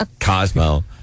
Cosmo